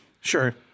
Sure